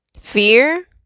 Fear